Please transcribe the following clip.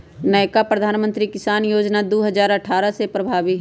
नयका प्रधानमंत्री किसान जोजना दू हजार अट्ठारह से प्रभाबी हइ